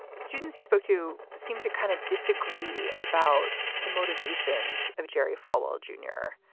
students you spoke to seemed to kind of disagree about the motivations of jerry falwell, junior.